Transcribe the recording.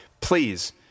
please